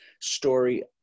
story